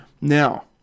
now